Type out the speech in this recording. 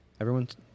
Everyone's